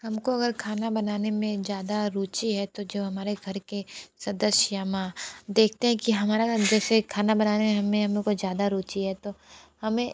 हमको अगर खाना बनाने में ज़्यादा रुचि है तो जो हमारे घर के सदस्य माँ देखते हैं कि हमारा अंदर से खाना बनाने हमें हमें कोई ज़्यादा रुचि है तो हमें